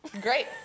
Great